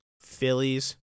Phillies